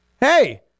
Hey